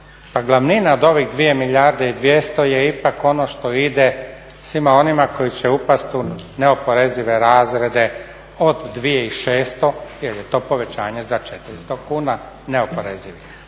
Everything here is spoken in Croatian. glavnina od ovih 2 milijarde i 200 je ipak ono što ide svima onima koji će upasti u neoporezive razrede od 2600 jer je to povećanje za 400 kuna neoporezivih.